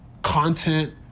content